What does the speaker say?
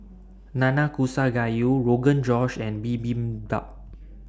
Nanakusa Gayu Rogan Josh and Bibimbap